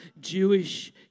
Jewish